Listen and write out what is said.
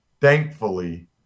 thankfully